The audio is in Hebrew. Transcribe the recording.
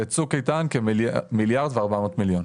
ב"צוק איתן" כ-1.4 מיליארד.